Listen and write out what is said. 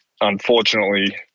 unfortunately